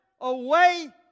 away